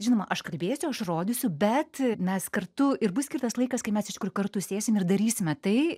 žinoma aš kalbėsiu aš rodysiu bet mes kartu ir bus skirtas laikas kai mes iš tikrųjų kartu sėsim ir darysime tai